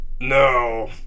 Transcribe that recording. No